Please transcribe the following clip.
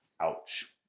Ouch